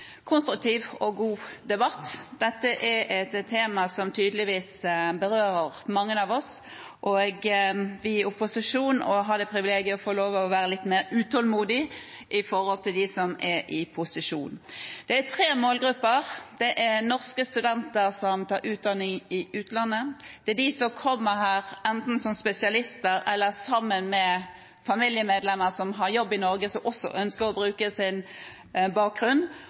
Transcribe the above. konstruktiv og god debatt. Dette er et tema som tydeligvis berører mange av oss, og vi i opposisjon har det privilegiet at vi har lov til å være litt mer utålmodig i forhold til de som er i posisjon. Det er tre målgrupper: Det er norske studenter som tar utdanning i utlandet. Det er de som kommer hit enten som spesialister eller sammen med familiemedlemmer som har jobb i Norge, og som også ønsker å bruke sin bakgrunn.